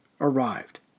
arrived